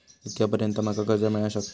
कितक्या पर्यंत माका कर्ज मिला शकता?